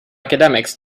academics